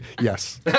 Yes